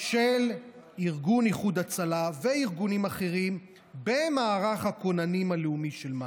של ארגון איחוד הצלה וארגונים אחרים במערך הכוננים הלאומי של מד"א,